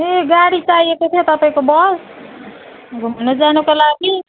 ए गाडी चाहिएको थियो तपाईँको बस घुम्नु जानुको लागि